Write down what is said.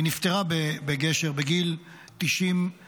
היא נפטרה בגשר בגיל 94,